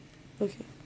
okay